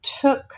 took